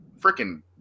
freaking